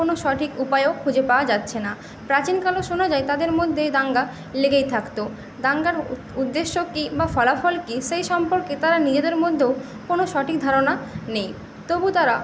কোনো সঠিক উপায়ও খুঁজে পাওয়া যাচ্ছে না প্রাচীনকালে শোনা যায় তাদের মধ্যে দাঙ্গা লেগেই থাকতো দাঙ্গার উদ্দেশ্য কী বা ফলাফল কী সেই সম্পর্কে তারা নিজেদের মধ্যেও কোনো সঠিক ধারণা নেই তবু তারা